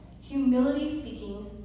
humility-seeking